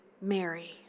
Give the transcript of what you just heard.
Mary